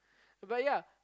but ya